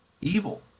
evil